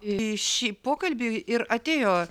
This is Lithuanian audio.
į šį pokalbį ir atėjo